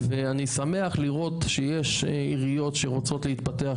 ואני שמח לראות שיש עיריות שרוצות להתפתח,